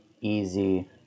easy